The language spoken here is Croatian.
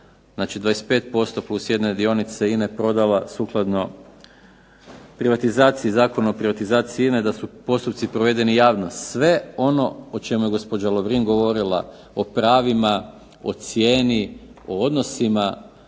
25% + jedne dionice INA-e prodala sukladno Zakona o privatizaciji INA-e da su postupci provedeni javno. Sve ono o čemu je gospođa Lovrin govorila o pravima o cijeni o odnosima